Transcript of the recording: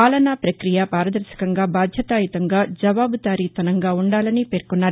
పాలనా ప్రపక్రియ పారదర్శకంగా బాధ్యతాయుతంగా జవాబుదారీతనంగా ఉండాలని పేర్కొన్నారు